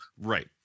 Right